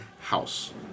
house